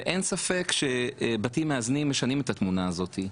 ואין ספק שבתים מאזנים משנים את התמונה הזאת.